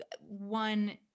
one